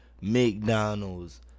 McDonald's